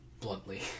bluntly